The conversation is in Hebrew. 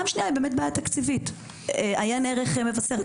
יש בעיה תקציבית, עיין ערך מבשרת.